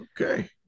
okay